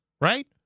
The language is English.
Right